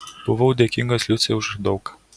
buvau dėkingas liucei už daug ką